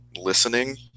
listening